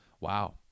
wow